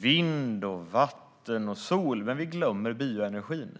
vind, vatten och sol. Men vi glömmer bioenergin.